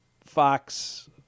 Fox